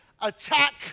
attack